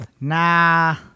Nah